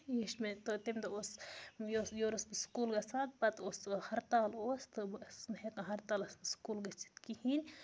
یہِ ہیٚچھ مےٚ تہٕ تَمہِ دۄہ اوس یہِ اوس یورٕ ٲسٕس بہٕ سکوٗل گژھان پَتہٕ اوس سُہ ہرتال اوس تہٕ بہٕ ٲسٕس نہٕ ہٮ۪کان ہرتالَس منٛز سکوٗل گٔژھِتھ کِہیٖنۍ